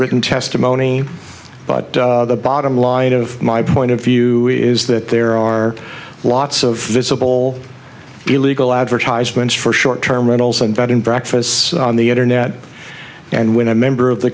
written testimony but the bottom line of my point of view is that there are lots of visible illegal advertisements for short term rentals and bed and breakfasts on the internet and when a member of the